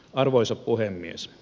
arvoisa puhemies